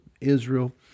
Israel